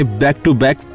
back-to-back